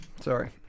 sorry